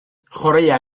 chwaraea